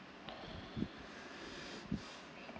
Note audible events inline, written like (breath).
(breath)